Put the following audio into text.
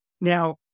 Now